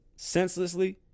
Senselessly